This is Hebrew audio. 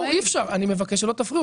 אי-אפשר, אני מבקש שלא תפריעו.